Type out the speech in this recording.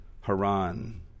Haran